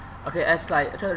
okay as like I try to